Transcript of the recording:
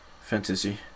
fantasy